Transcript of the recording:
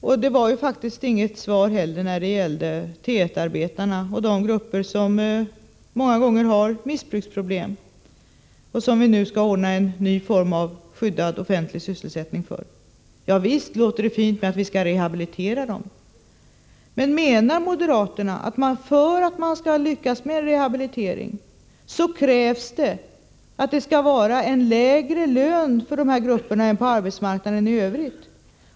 Inte heller gav Bengt Wittbom något besked om hur han såg på problemet med T 1-arbetarna och de grupper som många gånger har missbruksproblem. För dem skall vi nu ordna en ny form av skyddad sysselsättning. Visst låter det fint, som Bengt Wittbom säger, att vi skall rehabilitera dem. Men menar moderaterna att man för att lyckas med denna rehabilitering måste ge dessa människor en lägre lön än vad som ges på arbetsmarknaden i övrigt?